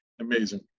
amazing